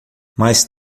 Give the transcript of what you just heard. mais